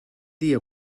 dia